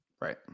Right